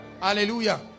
hallelujah